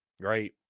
Great